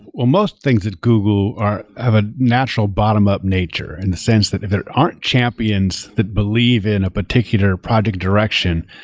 almost think that google are of a national bottom-up nature in the sense that if there are champions the believe in a particular project direction.